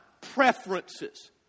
preferences